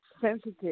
sensitive